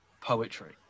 poetry